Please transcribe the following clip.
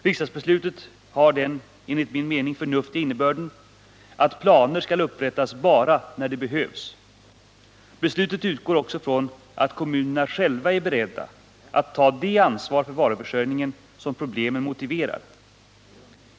Riksdagsbeslutet har den enligt min mening förnuftiga innebörden att planer skall upprättas bara där de behövs. Beslutet utgår också från att kommunerna själva är beredda att 13 ta det ansvar för varuförsörjningen som problemen motiverar.